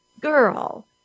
girl